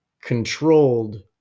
controlled